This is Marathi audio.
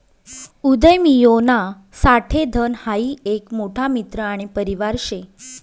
उदयमियोना साठे धन हाई एक मोठा मित्र आणि परिवार शे